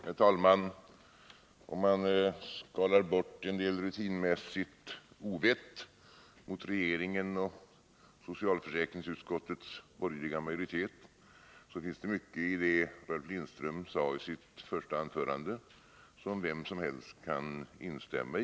Herr talman! Om man skalar bort en del rutinmässigt ovett mot regeringen och socialförsäkringsutskottets borgerliga majoritet, så finns det mycket i det som Ralf Lindström sade i sitt första anförande som vem som helst kan instämmaii.